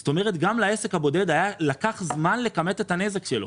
זאת אומרת גם לעסק הבודד לקח זמן לכמת את הנזק שלו.